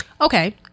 okay